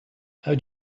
how